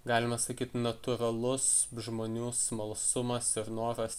galima sakyt natūralus žmonių smalsumas ir noras